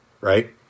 right